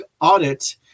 audit